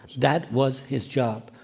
that was his job.